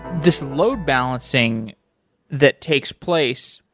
this load balancing that takes place,